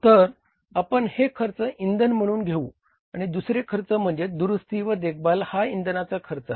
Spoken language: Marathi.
तर आपण हे खर्च इंधन म्हणून घेऊ आणि दुसरे खर्च म्हणजे दुरुस्ती व देखभाल हा इंधनाचा खर्च आहे